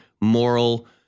moral